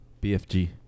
BFG